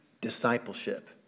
discipleship